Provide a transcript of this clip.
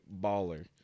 baller